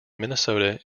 minnesota